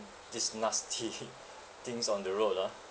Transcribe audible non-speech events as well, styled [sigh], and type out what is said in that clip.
this nasty [noise] things on the road ah